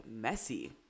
messy